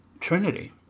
Trinity